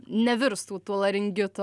nevirstų tuo laringitu